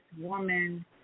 woman